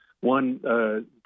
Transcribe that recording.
One